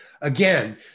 Again